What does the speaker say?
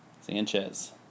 Sanchez